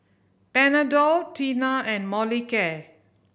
Panadol Tena and Molicare